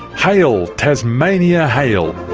hail tasmania, hail.